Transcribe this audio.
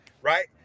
Right